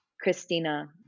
Christina